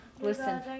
Listen